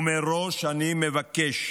ומראש אני מבקש